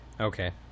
Okay